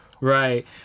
Right